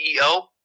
CEO